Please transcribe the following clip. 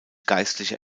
geistliche